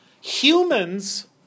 Humans